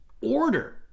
order